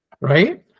Right